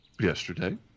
yesterday